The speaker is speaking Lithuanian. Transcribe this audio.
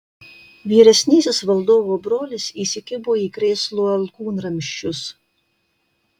vyresnysis valdovo brolis įsikibo į krėslo alkūnramsčius